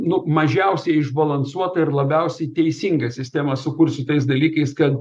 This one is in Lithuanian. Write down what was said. nu mažiausiai išbalansuotą ir labiausiai teisingą sistemą sukurt šitais dalykais kad